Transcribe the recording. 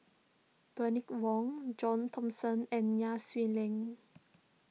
Bernice Wong John Thomson and Nai Swee Leng